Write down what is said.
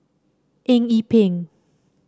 Eng Yee Peng